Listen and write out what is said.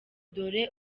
dore